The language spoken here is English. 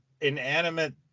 Inanimate